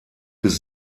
bis